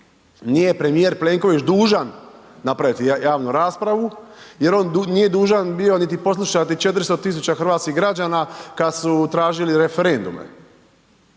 nije premijer Plenković dužan napraviti javnu raspravu jer on nije dužan bio niti poslušati niti 400 000 hrvatskih građana kad su tražili referendume,